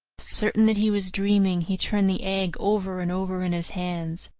certain that he was dreaming, he turned the egg over and over in his hands,